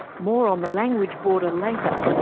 more on the language border later,